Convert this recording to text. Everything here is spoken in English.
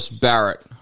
Barrett